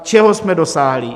Čeho jsme dosáhli?